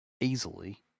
easily